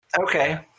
okay